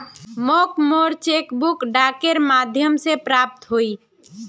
मोक मोर cheque book डाकेर माध्यम से प्राप्त होइए